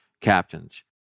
captains